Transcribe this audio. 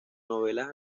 novelas